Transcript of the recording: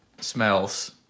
Smells